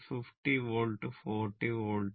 50 volt 40 volt